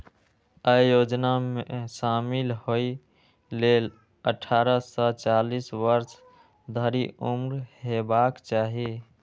अय योजना मे शामिल होइ लेल अट्ठारह सं चालीस वर्ष धरि उम्र हेबाक चाही